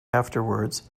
afterwards